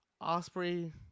Osprey